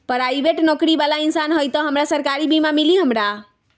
Private नौकरी बाला इंसान हई त हमरा सरकारी बीमा मिली हमरा?